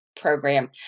program